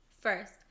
First